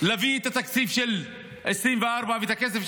להביא את התקציב של 2024 ואת הכסף,